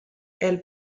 elle